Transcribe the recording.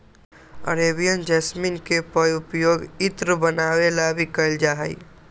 Arabian jasmine के पउपयोग इत्र बनावे ला भी कइल जाहई